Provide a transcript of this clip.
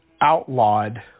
outlawed